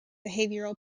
behavioral